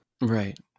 right